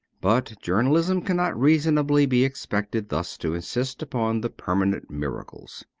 but journal ism cannot reasonably be expected thus to insist upon the permanent miracles.